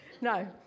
no